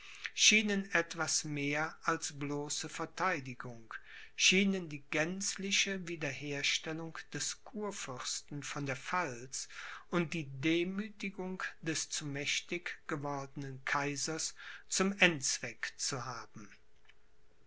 schienen etwas mehr als bloße verteidigung schienen die gänzliche wiederherstellung des kurfürsten von der pfalz und die demüthigung des zu mächtig gewordenen kaisers zum endzweck zu haben